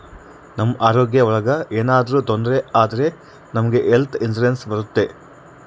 ನಮ್ ಆರೋಗ್ಯ ಒಳಗ ಏನಾದ್ರೂ ತೊಂದ್ರೆ ಆದ್ರೆ ನಮ್ಗೆ ಹೆಲ್ತ್ ಇನ್ಸೂರೆನ್ಸ್ ಬರುತ್ತೆ